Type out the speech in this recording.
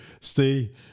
stay